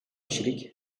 kişilik